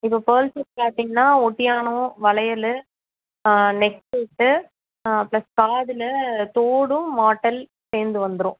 இப்போ pearl set பார்த்திங்கன்னா ஒட்டியாணம் வளையல் நெக் செட்டு ப்ளஸ் காதில் தோடும் மாட்டல் சேர்ந்து வந்துரும்